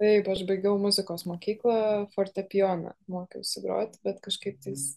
taip aš baigiau muzikos mokyklą fortepijoną mokiausi grot bet kažkaip tais